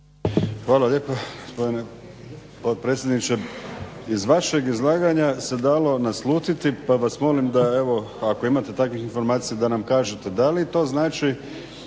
Hvala lijepo gospodine potpredsjedniče. Iz vašeg izlaganja se dalo naslutiti pa vas molim da evo ako imate takvih informacija da nam kažete da li to znači